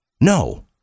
no